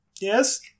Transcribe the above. Yes